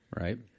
Right